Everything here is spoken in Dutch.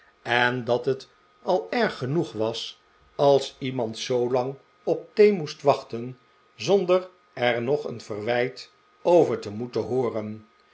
en dat het al erg genoeg was als iemand zoolang op thee moest wachteh zondef er nog een verwijt over te moeten hooren